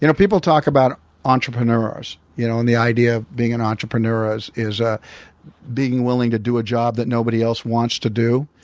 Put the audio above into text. you know people talk about entrepreneurs you know and the idea of being an entrepreneur is ah being willing to do a job that nobody else wants to do,